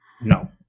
no